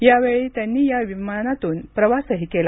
यावेळी त्यांनी या विमानातून प्रवासही केला